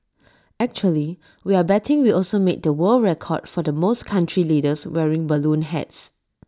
actually we're betting we also made the world record for the most country leaders wearing balloon hats